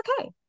okay